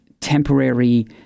temporary